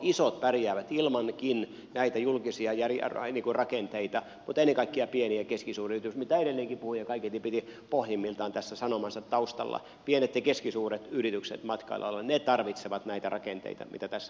isot pärjäävät ilmankin näitä julkisia rakenteita mutta ennen kaikkea pienet ja keskisuuret yritykset matkailualalla mitä edellinenkin puhuja kaiketi piti pohjimmiltaan tässä sanomansa taustalla pienet ja keskisuuret yritykset matkalla tarvitsevat näitä rakenteita mitä tässä